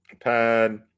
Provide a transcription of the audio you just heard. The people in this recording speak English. pad